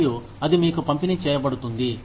మరియు అది మీకు పంపిణీ చేయబడుతుంది